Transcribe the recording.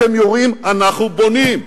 אתם יורים, אנחנו בונים.